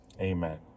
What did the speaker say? Amen